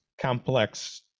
complex